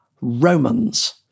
Romans